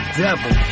devil